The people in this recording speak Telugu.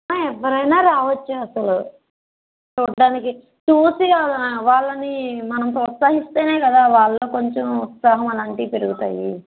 ఎవ్వరైనా రావచ్చసలు చూడ్డానికి చూసే వాళ్ళని మనం ప్రోత్సాహిస్తేనే కదా వాళ్ళలో కొంచెం ఉత్సాహమనేది పెరుగుతుంది